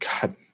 God